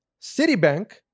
Citibank